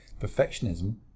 perfectionism